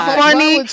funny